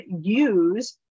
use